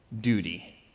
duty